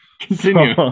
Continue